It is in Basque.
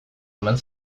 omen